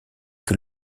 que